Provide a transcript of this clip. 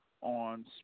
on